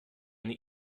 eine